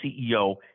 CEO